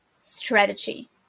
strategy